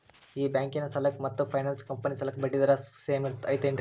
ಈ ಬ್ಯಾಂಕಿನ ಸಾಲಕ್ಕ ಮತ್ತ ಫೈನಾನ್ಸ್ ಕಂಪನಿ ಸಾಲಕ್ಕ ಬಡ್ಡಿ ದರ ಸೇಮ್ ಐತೇನ್ರೇ?